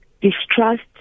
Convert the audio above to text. distrust